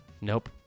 Nope